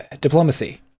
Diplomacy